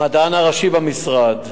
המדען הראשי במשרד,